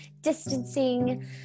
distancing